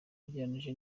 ugereranyije